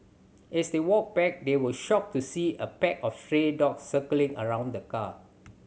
as they walked back they were shocked to see a pack of stray dogs circling around the car